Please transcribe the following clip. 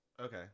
Okay